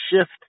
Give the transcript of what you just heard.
shift